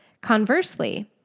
Conversely